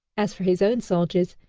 as for his own soldiers,